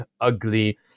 ugly